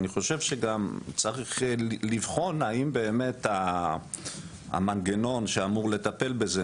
אני חושב שגם צריך לבחון אם באמת המנגנון שאמור לטפל בזה,